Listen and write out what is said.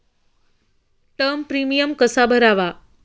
Term premium कसा भरावा?